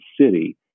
city